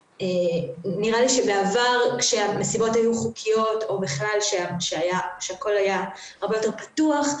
נראה לי שבעבר כאשר המסיבות היו חוקיות או הכול היה הרבה יותר פתוח,